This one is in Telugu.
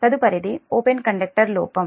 తదుపరిది ఓపెన్ కండక్టర్ లోపం